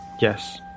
Yes